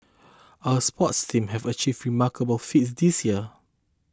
our sports teams have achieved remarkable feats this year